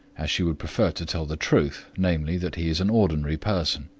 as she would prefer to tell the truth, namely, that he is an ordinary person.